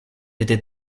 été